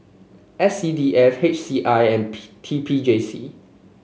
S C D F H C I and P T P J C